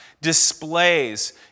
displays